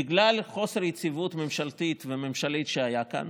בגלל חוסר יציבות ממשלתית וממשלית שהיה כאן